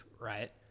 right